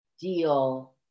deal